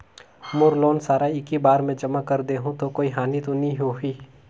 मोर loan सारा एकी बार मे जमा कर देहु तो कोई हानि तो नी होही?